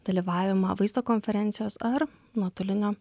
dalyvavimą vaizdo konferencijos ar nuotolinio